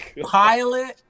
pilot